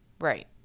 Right